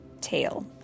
tail